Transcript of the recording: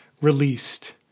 released